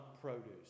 produce